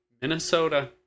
Minnesota